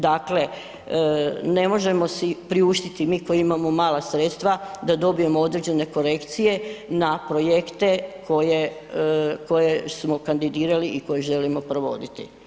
Dakle, ne možemo si priuštiti mi koji imamo mala sredstva da dobijemo određene korekcije na projekte koje smo kandidirali i koje želimo provoditi.